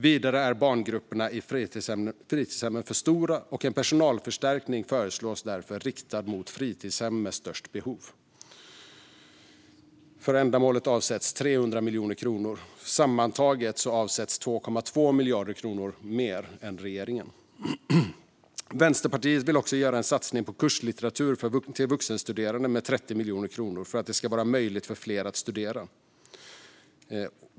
Vidare är barngrupperna i fritidshemmen för stora, och en personalförstärkning föreslås därför riktad mot fritidshem med störst behov. För ändamålet avsätts 300 miljoner kronor. Sammantaget avsätts 2,2 miljarder kronor mer än i regeringens förslag. Vänsterpartiet vill göra en satsning på kurslitteratur till vuxenstuderande med 30 miljoner kronor för att det ska vara möjligt för fler att studera.